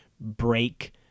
break